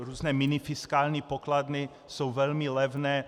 Různé minifiskální pokladny jsou velmi levné.